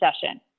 session